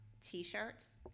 T-shirts